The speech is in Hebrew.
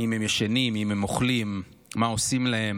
אם הם ישנים, אם הם אוכלים, מה עושים להם.